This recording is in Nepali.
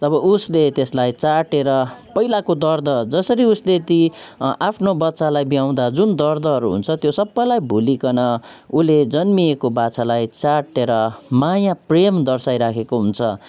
तब उसले त्यसलाई चाटेर पहिलाको दर्द जसरी उसले ती आफ्नो बच्चालाई ब्याउँदा जुन दर्दहरू हुन्छ त्यो सबैलाई भुलिकन उसले जन्मिएको बाछालाई चाटेर माया प्रेम दर्साइ राखेको हुन्छ